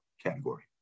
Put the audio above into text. category